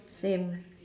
same